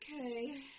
Okay